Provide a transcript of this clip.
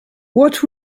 what